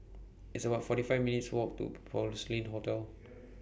It's about forty five minutes' Walk to Porcelain Hotel